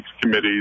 committees